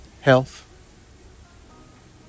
health